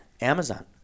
Amazon